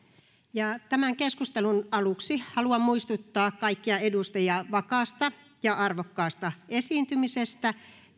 tämän keskustelun aluksi haluan muistuttaa kaikkia edustajia vakaasta ja arvokkaasta esiintymisestä